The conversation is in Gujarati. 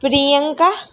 પ્રિયંકા